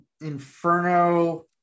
inferno